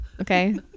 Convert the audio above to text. okay